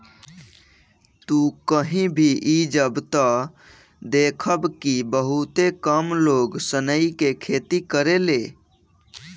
तू कही भी जइब त देखब कि बहुते कम लोग सनई के खेती करेले